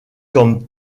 comme